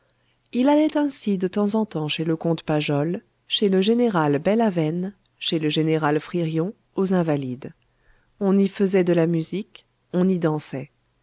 il allait ainsi de temps en temps chez le comte pajol chez le général bellavesne chez le général fririon aux invalides on y faisait de la musique on y dansait